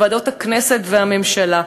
בוועדות הכנסת והממשלה.